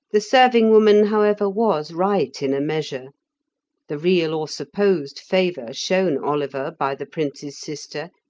the serving-woman, however, was right in a measure the real or supposed favour shown oliver by the prince's sister,